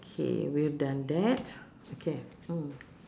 K we have done that okay mm